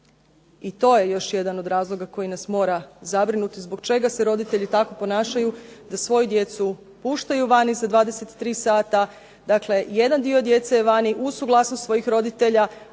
I to je još jedan od razloga koji nas mora zabrinuti zbog čega se roditelji tako ponašanju da svoju djecu puštaju van iza 23 sata. Dakle, jedan dio djece je vani uz suglasnost svojih roditelja